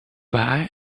why